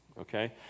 Okay